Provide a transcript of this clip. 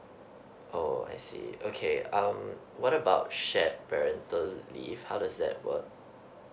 oh I see okay um what about shared parental leave how does that work